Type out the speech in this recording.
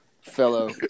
fellow